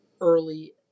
early